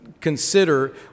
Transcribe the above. consider